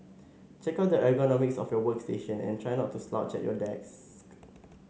check out the ergonomics of your workstation and try not to slouch at your desk